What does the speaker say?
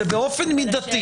זה באופן מידתי.